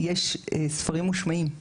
בטלפון, יש ספרים מושמעים,